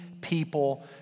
people